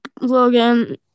Logan